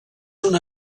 una